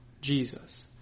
Jesus